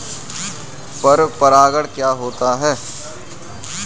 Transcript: पर परागण क्या होता है?